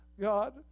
God